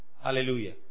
Hallelujah